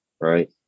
right